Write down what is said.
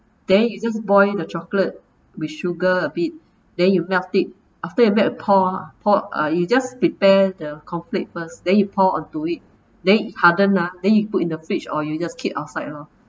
then you just boil the chocolate with sugar a bit then you melt it after that you pour lah pou~ uh you just prepare the cornflakes first then you pour onto it then it harder ah then you put in the fridge or you just keep outside lor